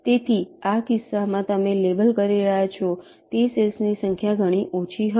તેથી આ કિસ્સામાં તમે લેબલ કરી રહ્યાં છો તે સેલ્સ ની સંખ્યા ઘણી ઓછી હશે